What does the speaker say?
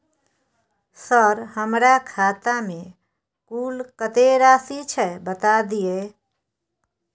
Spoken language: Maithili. सर हमरा खाता में कुल कत्ते राशि छै बता दिय?